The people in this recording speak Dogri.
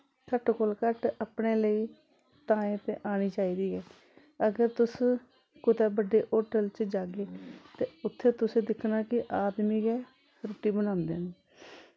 घट्ट कोला घट्ट अपने लेई ताईं ते औनी चाहिदी ऐ अगर तुस कुतै बड्डे होटल च जाह्गे ते उत्थै तुसें दिक्खना कि आदमी गै रुट्टी बनांदे न